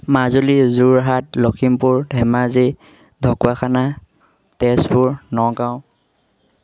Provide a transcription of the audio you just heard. Majuli Jorhat Lakhimpur Dhemaji Dhakuakhana Tezpur Nagaon